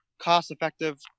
cost-effective